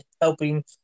helping